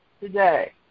today